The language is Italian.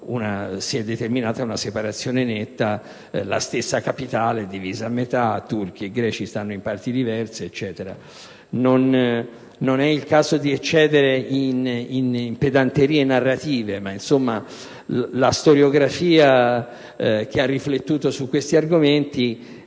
si è determinata una separazione netta: la capitale fu spaccata, turchi e greci stavano in parti diverse e così via. Non è il caso di eccedere in pedanterie narrative, ma la storiografia che ha riflettuto su questi argomenti